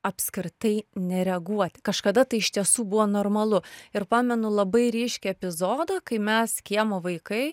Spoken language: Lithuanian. apskritai nereaguot kažkada tai iš tiesų buvo normalu ir pamenu labai ryškiai epizodą kai mes kiemo vaikai